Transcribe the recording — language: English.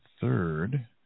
third